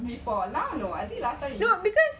before now no I think last time you